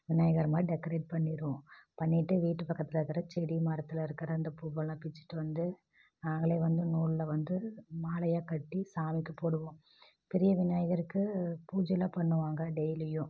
விநாயகர் மாதிரி டெக்ரேட் பண்ணிடுவோம் பண்ணிட்டு வீட்டு பக்கத்தில் இருக்கிற செடி மரத்தில் இருக்கிற இந்த பூவெல்லாம் பிச்சுட்டு வந்து நாங்கள் வந்து நூலில் வந்து மாலையாக கட்டி சாமிக்கு போடுவோம் பெரிய விநாயகருக்கு பூஜை எல்லாம் பண்ணுவாங்க டெய்லியும்